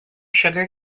sugar